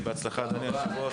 שיהיה בהצלחה אדוני היושב-ראש,